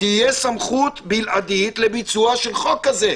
תהיה סמכות בלעדית לביצוע של חוק כזה.